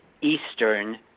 Eastern